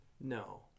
No